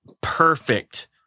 perfect